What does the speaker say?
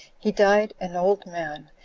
he died an old man,